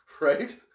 right